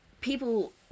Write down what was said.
people